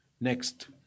Next